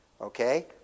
Okay